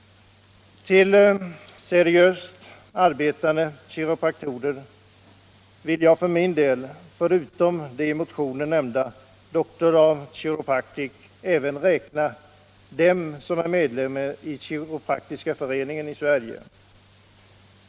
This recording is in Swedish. Till seriöst arbetande kiropraktorer vill jag för min del, förutom de i motionen nämnda Doctors of Chiropractic, även räkna dem som är medlemmar i Kiropraktiska föreningen i Sverige.